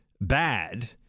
bad